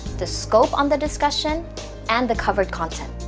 the scope on the discussion and the covered content.